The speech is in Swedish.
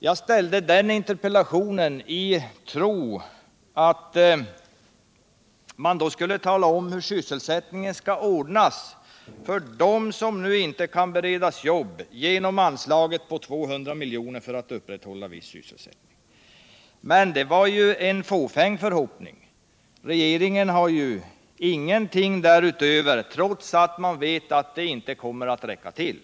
Jag framställde den interpellationen i tro att man då skulle tala om hur sysselsättningen skall ordnas för dem som nu inte kan beredas jobb genom anslaget på 200 miljoner ”för att upprätthålla viss sysselsättning”. Men det var en fåfäng förhoppning. Regeringen har ingenting därutöver att komma med, trots att man vet att det inte kommer att räcka till.